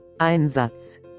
Einsatz